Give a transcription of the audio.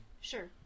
Sure